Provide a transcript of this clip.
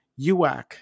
UAC